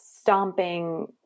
stomping